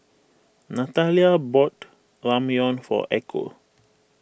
Nathalia bought Ramyeon for Echo